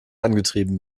angetrieben